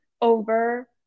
over